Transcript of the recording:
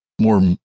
more